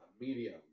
medium